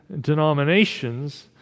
denominations